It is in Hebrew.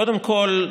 קודם כול,